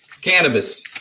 Cannabis